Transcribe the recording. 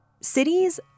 cities